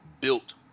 built